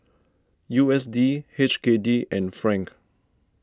U S D H K D and franc